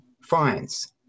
finds